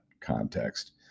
context